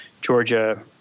Georgia